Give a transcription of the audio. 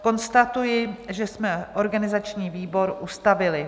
Konstatuji, že jsme organizační výbor ustavili.